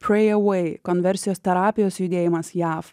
pray away konversijos terapijos judėjimas jav